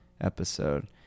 episode